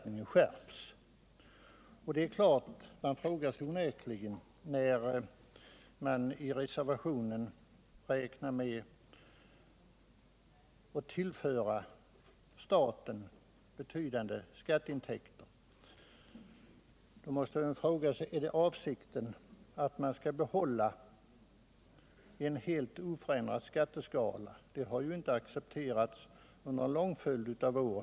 När reservanterna räknar med att tillföra staten betydande skatteintäkter måste man onekligen fråga sig: Är avsikten att vi skall behålla en helt oförändrad skatteskala? Under en lång följd av år har det inte accepterats.